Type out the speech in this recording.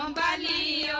um body